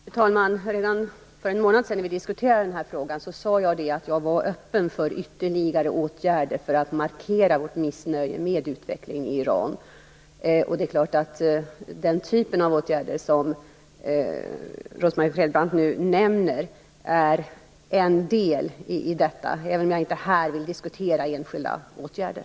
Fru talman! Redan för en månad sedan när vi diskuterade frågan sade jag att jag var öppen för ytterligare åtgärder för att markera vårt missnöje med utvecklingen i Iran. Det är klart att den typ av åtgärder som Rose-Marie Frebran nämner är en del i detta, även om jag här inte vill diskutera enskilda åtgärder.